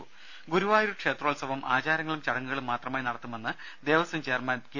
ദ്ദേ ഗുരുവായൂർ ക്ഷേത്രോത്സവം ആചാരങ്ങളും ചടങ്ങുകളും മാത്രമായി നടത്തുമെന്ന് ദേവസ്വം ചെയർമാൻ കെ